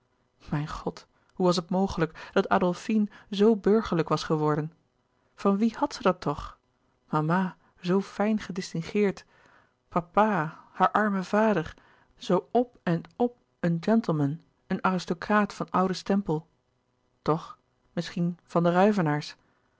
mijn god hoe was het mogelijk dat adolfine zoo burgerlijk was geworden van wie had zij dat toch mama zoo fijn gedistingeerd papa haar arme vader zoo op end op een gentleman een aristocraat van ouden stempel toch misschien van de